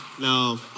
No